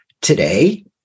Today